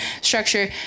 structure